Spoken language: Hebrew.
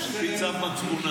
על פי צו מצפונם.